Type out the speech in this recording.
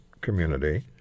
community